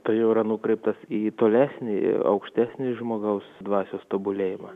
tai jau yra nukreiptas į tolesnį aukštesnį žmogaus dvasios tobulėjimą